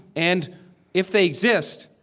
and if they exist,